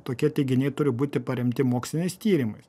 tokie teiginiai turi būti paremti moksliniais tyrimais